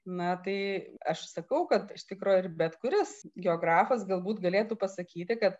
na tai aš sakau kad iš tikro ir bet kuris geografas galbūt galėtų pasakyti kad